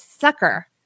sucker